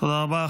תודה רבה.